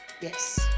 Yes